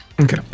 Okay